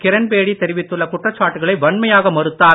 கிரண்பேடி தெரிவித்துள்ள குற்றச்சாட்டுகளை வன்மையாக மறுத்தார்